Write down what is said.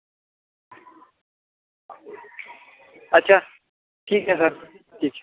अच्छा ठीक है सर ठीक है